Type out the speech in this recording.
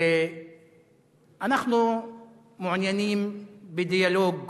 אנחנו מעוניינים בדיאלוג